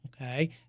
okay